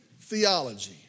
theology